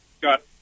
Got